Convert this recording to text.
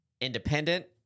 independent